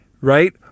right